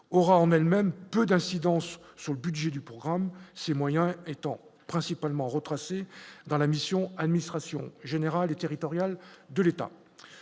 aura en elle-même peu d'incidence sur le budget du programme ces moyens étant principalement retracé dans la mission administration générale et territoriale de l'État,